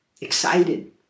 excited